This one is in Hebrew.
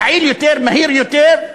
יעיל יותר, מהיר יותר,